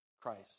Christ